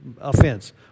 offense